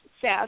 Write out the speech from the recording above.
Seth